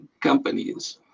companies